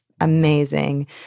amazing